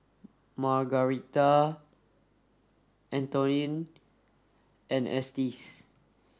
Margarita Antoine and Estes